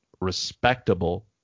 respectable